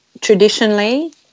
Traditionally